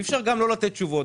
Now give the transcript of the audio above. אי אפשר גם לא לענות תשובות,